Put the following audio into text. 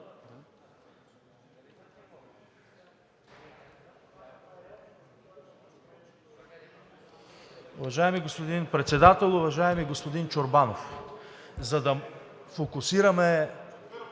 Уважаеми господин Председател! Уважаеми господин Чакъров, за да фокусираме